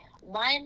One